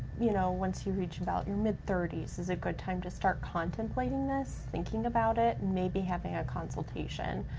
you know once you reach about your mid thirty s is a good time to start contemplating this, thinking about it and maybe having a consultation,